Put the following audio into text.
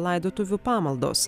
laidotuvių pamaldos